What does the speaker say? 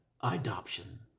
adoption